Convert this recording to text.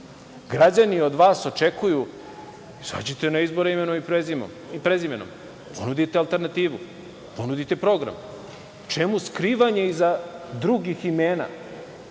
građani od vas očekuju - izađite na izbore imenom i prezimenom, ponudite alternativu, ponudite program. Čemu skrivanje iza drugih imena,